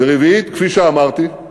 רביעית, כפי שאמרתי,